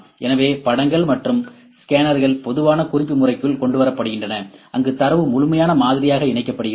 எனவே படங்கள் மற்றும் ஸ்கேன்கள் பொதுவான குறிப்பு முறைக்குள் கொண்டுவரப்படுகின்றன அங்கு தரவு முழுமையான மாதிரியாக இணைக்கப்படுகிறது